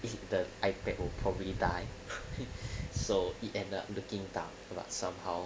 is it the ipad oh probably die so eat and the kingdom but somehow